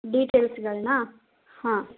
ಡಿಟೈಲ್ಸುಗಳ್ನ ಹಾಂ